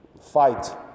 fight